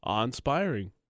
Inspiring